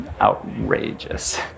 outrageous